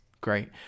Great